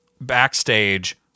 backstage